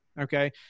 Okay